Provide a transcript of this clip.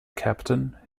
captain